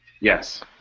Yes